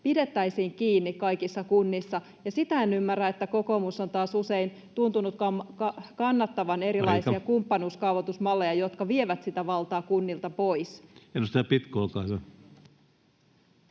pidettäisiin kiinni kaikissa kunnissa. Ja sitä en ymmärrä, että kokoomus on taas usein tuntunut kannattavan erilaisia kumppanuuskaavoitusmalleja, [Puhemies: Aika!] jotka vievät sitä valtaa kunnilta pois. Edustaja Pitko, olkaa hyvä.